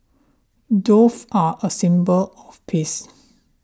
dove are a symbol of peace